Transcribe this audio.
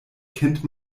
kennt